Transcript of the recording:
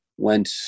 went